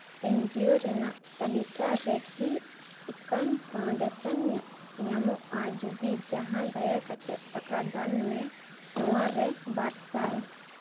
ᱮᱱ ᱡᱤᱭᱳ ᱨᱮᱱᱟᱜ ᱛᱟᱹᱞᱤᱠᱟ ᱨᱮᱠᱤ ᱮᱠᱟᱢ ᱯᱷᱟᱣᱩᱱᱰᱮᱥᱚᱱ ᱧᱟᱢᱚᱜᱼᱟ ᱡᱩᱫᱤ ᱡᱟᱦᱟᱸ ᱫᱟᱭᱟ ᱠᱟᱛᱮᱫ ᱴᱟᱠᱟ ᱫᱟᱱ ᱢᱮ ᱱᱚᱣᱟ ᱨᱮ ᱵᱟᱨ ᱥᱟᱭ